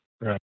Right